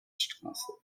straße